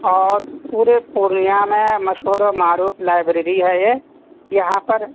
اور پورے پورنیہ میں مشہور و معروف لائبریری ہے یہ یہاں پر